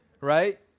Right